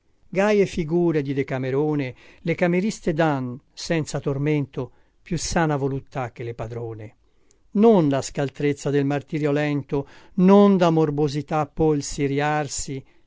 ii gaie figure di decamerone le cameriste dan senza tormento più sana voluttà che le padrone non la scaltrezza del martirio lento non da morbosità polsi riarsi